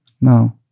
no